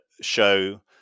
show